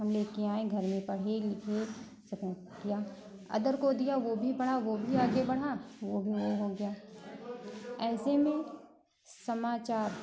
हम ले के आए घर में पढ़े लिखे सब किया अदर को दिया वो भी पढ़ा वो भी आगे बढ़ा वो भी ये हो गया ऐसे में समाचार